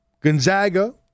Gonzaga